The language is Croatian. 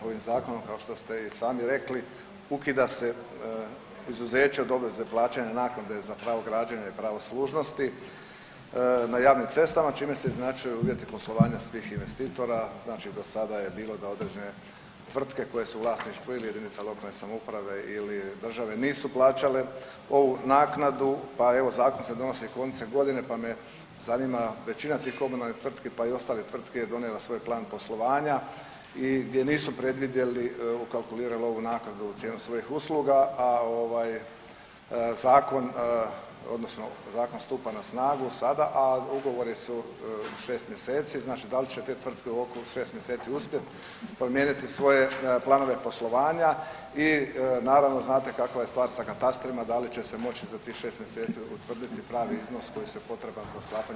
Ovim Zakonom, kao što ste i sami rekli, ukida se izuzeće od obveze plaćanja naknade za pravo građenja i pravo služnosti na javnim cestama, čime se izjednačuju uvjeti poslovanja svih investitora, znači do sada je bilo da određene tvrtke koje su u vlasništvu ili jedinice lokalne samouprave ili države nisu plaćale ovu naknadu, pa evo, Zakon se donosi koncem godine pa me zanima većina tih komunalnih tvrtki, pa i stale tvrtke, donijela svoj plan poslovanja i gdje nisu predvidjeli ukalkulirali ovu naknadu u cijenu svojih usluga, a zakon odnosno zakon stupa na snagu sada, a ugovori su šest mjeseci, znači da li će tvrtke u … šest mjeseci uspjet promijeniti svoje planove poslovanja i naravno znate kakva je stvar sa katastrima da li će se moći za tih šest mjeseci utvrditi pravi iznos koji je potreban za sklapanje takvih ugovora?